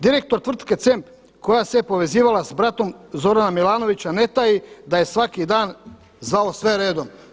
Direktor tvrtke CEMP koja se povezivala sa bratom Zorana Milanovića ne taji da je svaki dan zvao sve redom.